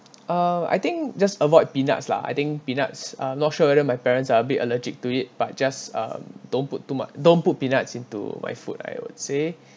uh I think just avoid peanuts lah I think peanuts I'm not sure whether my parents are a bit allergic to it but just um don't put too much don't put peanuts into my food I would say